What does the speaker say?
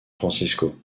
francisco